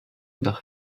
nach